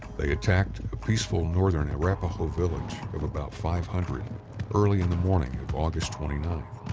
they attacked a peaceful northern arapaho village of about five hundred early in the morning of august twenty ninth,